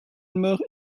meurt